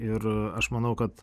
ir aš manau kad